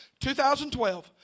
2012